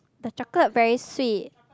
the chocolate very sweet